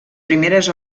primeres